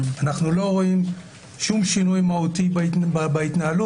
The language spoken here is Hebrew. אנחנו לא רואים שום שינוי מהותי בהתנהלות,